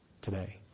today